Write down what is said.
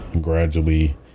gradually